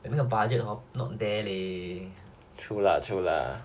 then 那个 budget hor not there leh